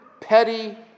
petty